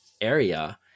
area